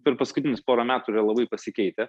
per paskutinius porą metų yra labai pasikeitę